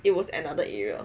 but err it was another area